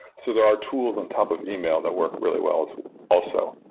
so there are tools on top of email that work really well also.